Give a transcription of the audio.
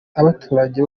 abaturage